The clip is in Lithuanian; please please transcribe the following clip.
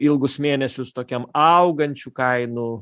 ilgus mėnesius tokiam augančių kainų